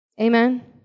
Amen